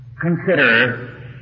consider